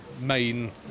main